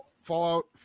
Fallout